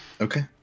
okay